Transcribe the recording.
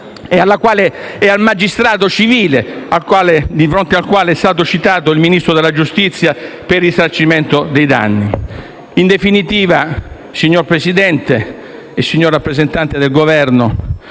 e del magistrato civile, di fronte a quale è stato citato il Ministro della giustizia per risarcimento dei danni. In definitiva, signor Presidente, signor rappresentante del Governo,